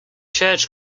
church